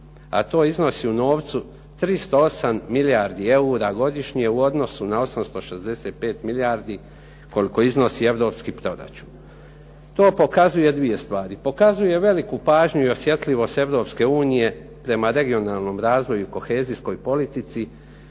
A to iznosi u novcu 38 milijarde eura godišnje u odnosu na 865 milijardi koliko iznosi europski proračun. To pokazuje dvije stvari. Pokazuje veliku pažnju i osjetljivost Europske unije prema regionalnom razvoju i kohezijskoj politici,